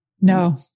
No